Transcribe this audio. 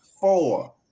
four